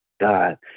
God